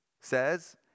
says